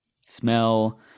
smell